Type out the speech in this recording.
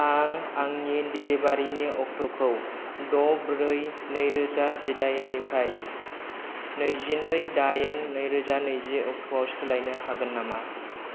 आं आंनि डेलिबारिनि अक्ट'खौ द' ब्रै नै रोजा जिदाइननिफ्राय नैजिनै दाइन नै रोजा नैजि अक्ट'आव सोलायनो हागोन नामा